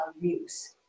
views